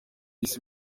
isi